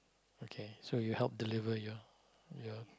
okay so you help deliver your your